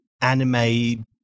anime